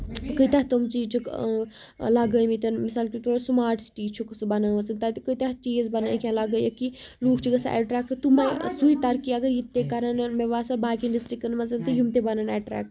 کۭتَیہ تِم چیٖز چھِکھ لگٲمٕتۍ مِثال کے طور پر سُمارٹ سِٹی چھُکھ سُہ بَنٲومٕژ تتہٕ کۭتہہ چیز بَنٲیِکھ یا لگٲوِکھ لُکھ چھِ گژھان ایٚٹریکٹ سُے ترقی اَگر یتہِ کرن مےٚ باسان باقین ڈِسٹرکٹن منٛز تہٕ یِم تہِ بَنن ایٹریکٹ